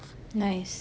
nice